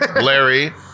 Larry